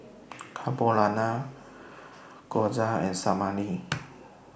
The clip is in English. Carbonara Gyoza and Salami